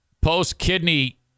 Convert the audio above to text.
Post-kidney